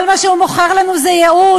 כל מה שהוא מוכר לנו זה ייאוש,